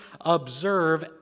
observe